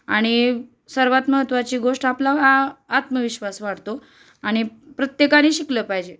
आणि सर्वात महत्त्वाची गोष्ट आपला हा आत्मविश्वास वाढतो आणि प्रत्येकाने शिकलं पाहिजे